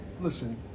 listen